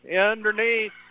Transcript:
Underneath